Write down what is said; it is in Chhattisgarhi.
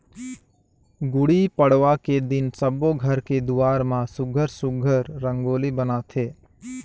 गुड़ी पड़वा के दिन सब्बो घर के दुवार म सुग्घर सुघ्घर रंगोली बनाथे